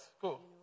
cool